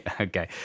okay